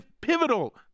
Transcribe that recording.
pivotal